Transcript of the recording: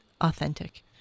authentic